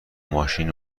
ماشین